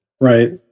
Right